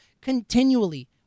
continually